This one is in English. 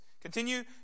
Continue